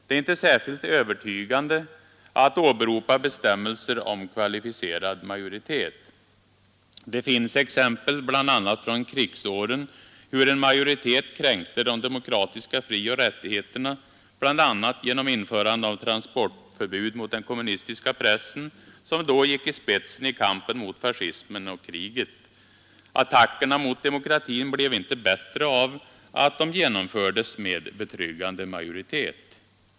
Det är inte särskilt övertygande att åberopa bestämmelser om kvalificerad majoritet. Det finns exempel inte minst från krigsåren på hur en majoritet kränkte de demokratiska frioch rättigheterna, bl.a. genom införandet av transportförbud mot den kommunistiska pressen, som då gick i spetsen i kampen mot fascismen och kriget. Attackerna mot demokratin blev inte bättre av att de genomfördes med betryggande majoritet.